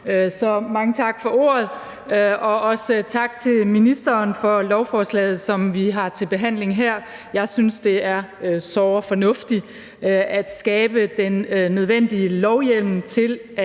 mange tak for ordet, og også tak til ministeren for lovforslaget, som vi har til behandling her. Jeg synes, det er såre fornuftigt at skabe den nødvendige lovhjemmel til